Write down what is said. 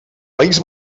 país